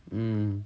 mm